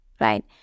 right